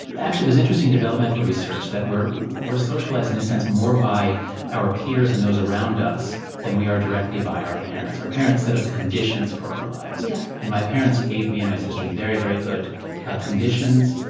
actually there's interesting developmental research that we're we're socialized in a sense more by our peers and those around us than we are directly by our parents. our parents set up the conditions for our lives. yeah and my parents gave me and my sisters very, very good ah conditions.